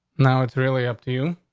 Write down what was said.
now it's really up to you,